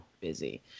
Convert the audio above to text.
busy